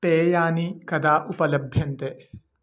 पेयानि कदा उपलभ्यन्ते